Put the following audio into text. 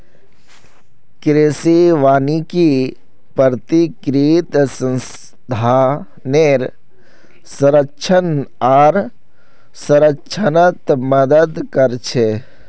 कृषि वानिकी प्राकृतिक संसाधनेर संरक्षण आर संरक्षणत मदद कर छे